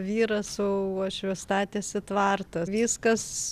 vyras su uošviu statėsi tvartą viskas